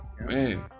man